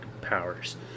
powers